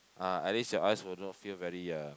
ah at least your eyes will not feel very uh